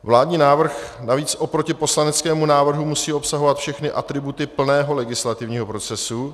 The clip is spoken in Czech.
Vládní návrh navíc oproti poslaneckému návrhu musí obsahovat všechny atributy plného legislativního procesu.